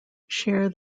share